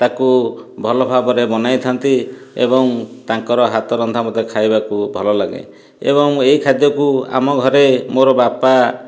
ତାକୁ ଭଲ ଭାବରେ ବନାଇଥାନ୍ତି ଏବଂ ତାଙ୍କର ହାତ ରନ୍ଧା ମୋତେ ଖାଇବାକୁ ଭଲ ଲାଗେ ଏବଂ ଏହି ଖାଦ୍ୟକୁ ଆମ ଘରେ ମୋର ବାପା